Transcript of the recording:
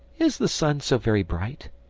is the sun so very bright?